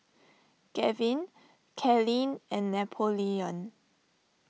Gavyn Kylene and Napoleon